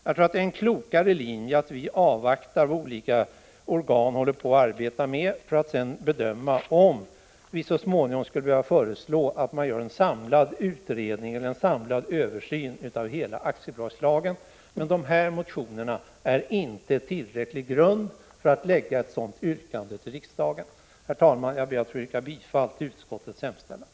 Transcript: Jag tror att det är en klokare linje att avvakta resultatet av de olika organens arbete för att sedan avgöra om vi skall göra en samlad översyn av hela aktiebolagslagen. Motionerna ger inte en tillräcklig grund för att framlägga ett yrkande i den riktningen för riksdagen. Herr talman! Jag yrkar bifall till utskottets hemställan.